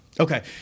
Okay